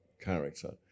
character